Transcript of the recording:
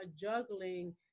juggling